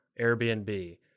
Airbnb